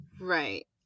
Right